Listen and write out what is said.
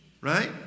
right